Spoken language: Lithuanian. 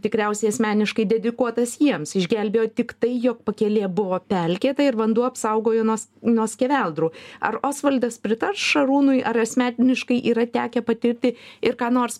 tikriausiai asmeniškai dedikuotas jiems išgelbėjo tiktai jog pakelė buvo pelkėta ir vanduo apsaugojo nuos nuo skeveldrų ar osvaldas pritars šarūnui ar asmeniškai yra tekę patirti ir ką nors